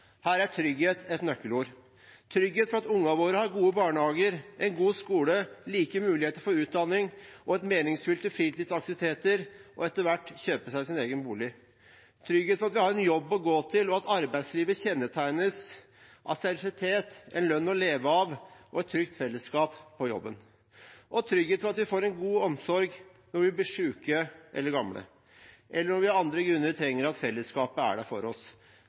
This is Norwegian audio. Her er trygghet et nøkkelord – trygghet for at ungene våre har gode barnehager, en god skole, like muligheter for utdanning, meningsfulle fritidsaktiviteter og til etter hvert å kjøpe seg sin egen bolig. Det er trygghet for at vi har en jobb å gå til, og at arbeidslivet kjennetegnes av seriøsitet, en lønn til å leve av og et trygt fellesskap, og trygghet for at vi får en god omsorg når vi blir syke eller gamle, eller når vi av andre grunner trenger at fellesskapet er der for oss.